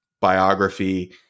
biography